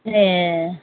ए